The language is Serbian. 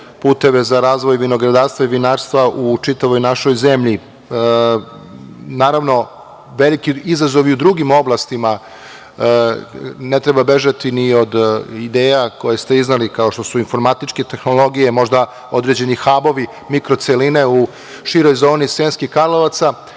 puteve za razvoj vinogradarstva i vinarstva u čitavoj našoj zemlji. Naravno, veliki izazovi i u drugim oblastima, ne treba bežati ni od ideja koje ste izneli, kao što su informatičke tehnologije, možda određeni habovi, mikroceline u široj zoni Sremskih Karlovaca.